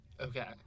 Okay